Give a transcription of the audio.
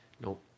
Nope